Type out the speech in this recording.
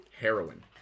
heroin